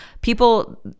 People